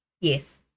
Yes